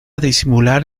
disimular